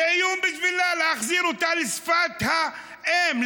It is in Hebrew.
זה איום בשבילה להחזיר אותה לשפת האם,